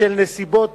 בשל נסיבות